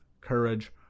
courage